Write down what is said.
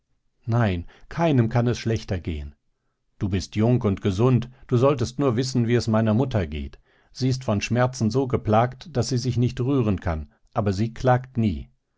nein keinem kann es schlechter gehen du bist jung und gesund du solltest nur wissen wie es meiner mutter geht sie ist von schmerzen so geplagt daß sie sich nicht rühren kann aber sie klagt nie